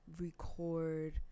record